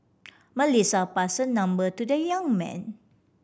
Melissa passed her number to the young man